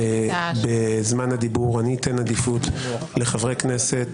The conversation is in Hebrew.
בזמן הדיבור אני אתן עדיפות לחברי הכנסת